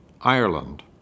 Ireland